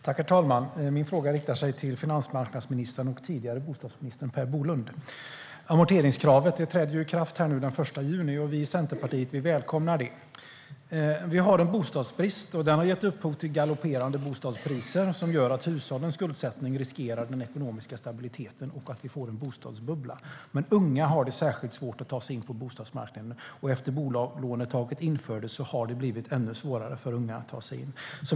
Herr talman! Min fråga riktar sig till finansmarknadsministern och tidigare bostadsministern Per Bolund. Amorteringskravet träder i kraft den 1 juni, och vi i Centerpartiet välkomnar det. Vi har en bostadsbrist, och den har gett upphov till galopperande bostadspriser. Detta gör att hushållens skuldsättning riskerar den ekonomiska stabiliteten och att vi får en bostadsbubbla. Unga har det särskilt svårt att ta sig in på bostadsmarknaden. Efter att bolånetaket infördes har det blivit ännu svårare för unga att ta sig in.